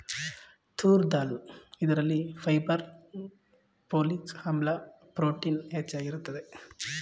ತೂರ್ ದಾಲ್ ಇದರಲ್ಲಿ fibre, folic ಆಮ್ಲ, protein ಹೆಚ್ಚಾಗಿರುತ್ತದೆ